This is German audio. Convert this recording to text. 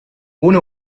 ohne